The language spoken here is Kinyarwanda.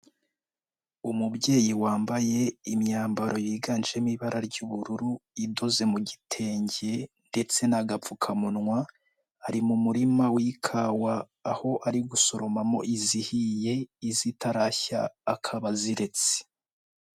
Umubyeyi wambaye imyambaro yiganjemo ibara ry'ubururu, idoze mu gitenge ndetse n'agapfukamunwa, ari mu murima w'ikawa aho ari gusoromamo izihiye izitarashya akaba aziretse.